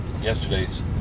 Yesterday's